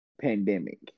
pandemic